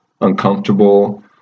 uncomfortable